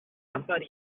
somebody